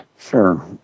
Sure